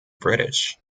british